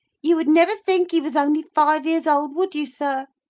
you would never think he was only five years old, would you, sir?